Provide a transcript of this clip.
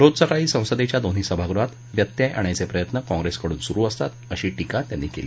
रोज सकाळी संसदेच्या दोन्ही सभागृहात व्यत्यय आणायचे प्रयत्न काँग्रेसकडून सुरु असतात अशी टीका त्यांनी केली